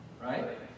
right